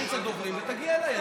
תקריא את סדר הדוברים ותגיע אליי,